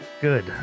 Good